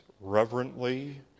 reverently